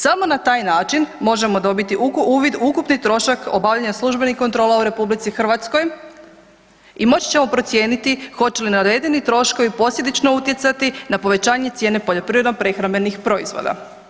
Samo na taj način možemo dobiti uvid u ukupni trošak obavljanja službenih kontrola u RH i moći ćemo procijeniti hoće li navedeni troškovi posljedično utjecati na povećanje cijene poljoprivredno-prehrambenih proizvoda.